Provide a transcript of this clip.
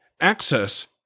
access